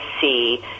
see